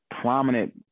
prominent